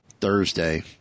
Thursday